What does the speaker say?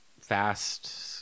fast